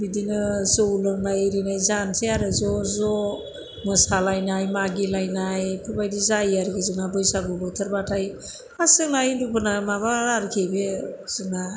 बिदिनो जौ लोंनाय इरि जानोसै आरो ज'ज' मोसालायनाय मागिलायनाय बेफोरबादि जायो आरो जोंहा बैसागु बोथोर बाथाय फास जोंना हिन्दुफोरना माबा आरोखि बे जोंहा